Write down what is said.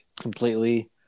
completely